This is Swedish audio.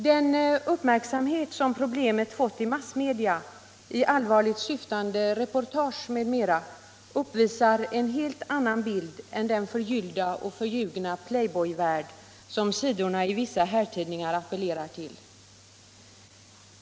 Den uppmärksamhet som problemet fått i massmedia, i allvarligt syftande reportage m.m. uppvisar en heh annan bild än den förgyllda och förljugna playboyvärld som sidorna i vissa herrtidningar appellerar till.